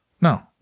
no